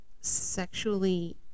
sexually